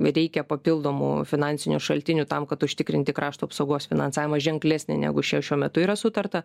reikia papildomų finansinių šaltinių tam kad užtikrinti krašto apsaugos finansavimą ženklesnę negu šie šiuo metu yra sutarta